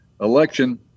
election